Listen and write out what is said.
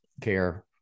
care